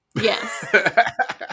Yes